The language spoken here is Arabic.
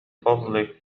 فضلك